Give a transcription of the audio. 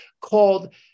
called